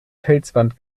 felswand